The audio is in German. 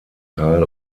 teil